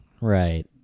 Right